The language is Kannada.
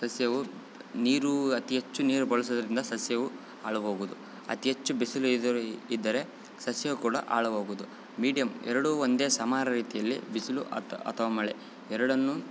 ಸಸ್ಯವು ನೀರು ಅತೀ ಹೆಚ್ಚು ನೀರು ಬಳ್ಸೋದರಿಂದ ಸಸ್ಯವು ಹಾಳಾಗ್ಹೋಗುದು ಅತೀ ಹೆಚ್ಚು ಬಿಸಿಲು ಇದ್ದರು ಈ ಇದ್ದರೆ ಸಸ್ಯವು ಕೂಡ ಹಾಳಾಗ್ಹೋಗುದು ಮೀಡಿಯಂ ಎರಡು ಒಂದೇ ಸಮ ರೀತಿಯಲ್ಲಿ ಬಿಸಿಲು ಅಥ ಅತವಾ ಮಳೆ ಎರಡನ್ನು